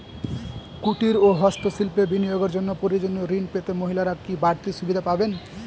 কুটীর ও হস্ত শিল্পে বিনিয়োগের জন্য প্রয়োজনীয় ঋণ পেতে মহিলারা কি বাড়তি সুবিধে পাবেন?